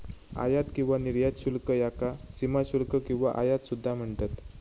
आयात किंवा निर्यात शुल्क याका सीमाशुल्क किंवा आयात सुद्धा म्हणतत